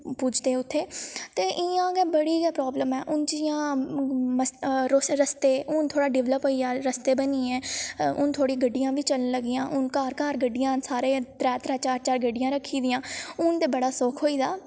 पुजदे उत्थें ते इ'यां गै बड़ी गै प्राब्लम ऐ हून जियां रस्ते हून थोह्ड़ा डैवलप होई गेआ रस्ते बनी गे हून थोह्ड़ियां गड्डियां बी चलन लगियां न घर घर गड्डियां न सारें त्रै त्रै चार चार घर घर गड्डियां रक्खी दियां हून ते बड़ा सुख होई गेदा